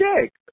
check